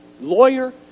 lawyer